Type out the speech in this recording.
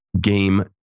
game